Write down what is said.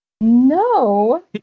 No